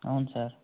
అవును సార్